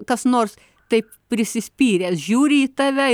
kas nors taip prisispyręs žiūri į tave